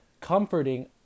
comforting